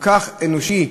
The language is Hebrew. כל כך אנושי,